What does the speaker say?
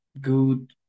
good